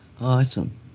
Awesome